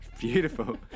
beautiful